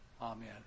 Amen